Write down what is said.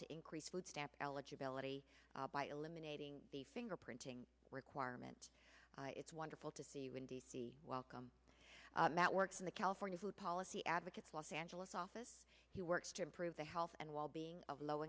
to increase food stamp eligibility by eliminating the fingerprinting requirement it's wonderful to see you in d c welcome mat works in the california food policy advocates los angeles office he works to improve the health and well being of low